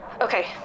Okay